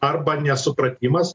arba nesupratimas